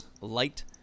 light